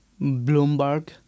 Bloomberg